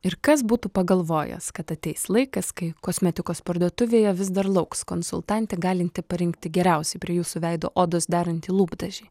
ir kas būtų pagalvojęs kad ateis laikas kai kosmetikos parduotuvėje vis dar lauks konsultantė galinti parinkti geriausiai prie jūsų veido odos derantį lūpdažį